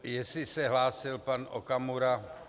Jestli se hlásil pan Okamura...